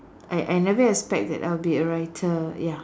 I I never expect that I'll be a writer ya